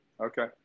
Okay